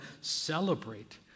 celebrate